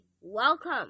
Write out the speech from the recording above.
welcome